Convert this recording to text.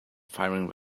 firing